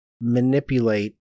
manipulate